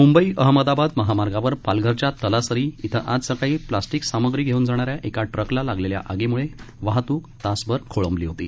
मुंबई अहमदाबाद महामार्गावर पालघरच्या तलासरी इथं आज सकाळी प्लास्टिक सामग्री घेऊन जाणाऱ्या एका ट्रकला लागलेल्या आगीमुळे वाहतुक तासभर खोळंबली होती